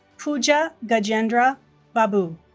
pooja gajendra babu